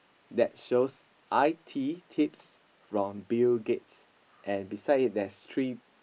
that shows I_T tips from Bill-Gates and beside it there's three